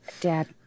Dad